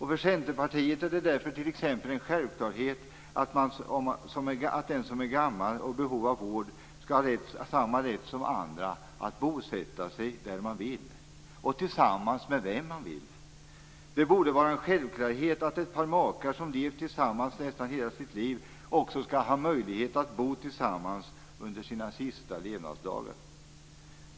För Centerpartiet är det därför en självklarhet att den som är gammal och i behov av vård skall ha samma rätt som andra att bosätta sig där de vill och tillsammans med vem de vill. Det borde vara en självklarhet att ett par makar som levt tillsammans nästan hela sitt liv också skall ha möjlighet att bo tillsammans under sina sista levnadsdagar.